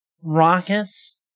rockets